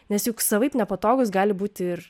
nes juk savaip nepatogūs gali būti ir